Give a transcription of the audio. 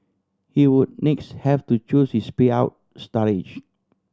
he would next have to choose his payout start age